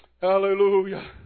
Hallelujah